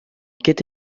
ket